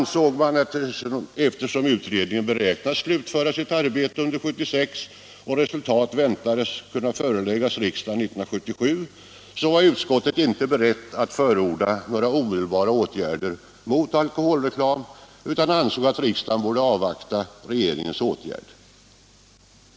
Eftersom utredningen beräknades slutföra sitt arbete under 1976 och resultatet väntades kunna föreläggas riksdagen 1977, var utskottet då inte berett att förorda några omedelbara åtgärder mot alkoholreklamen utan ansåg att riksdagen borde avvakta regeringens åtgärder.